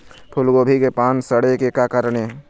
फूलगोभी के पान सड़े के का कारण ये?